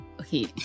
okay